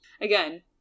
Again